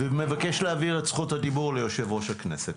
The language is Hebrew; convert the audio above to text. אני מבקש להעביר את זכות הדיבור ליושב-ראש הכנסת.